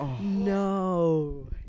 No